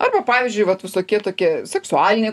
arba pavyzdžiui vat visokie tokie seksualiniai